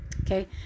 Okay